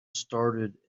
started